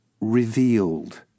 revealed